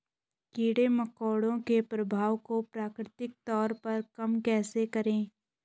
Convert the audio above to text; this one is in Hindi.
कीड़े मकोड़ों के प्रभाव को प्राकृतिक तौर पर कम कैसे करें?